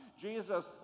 Jesus